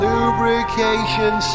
Lubrication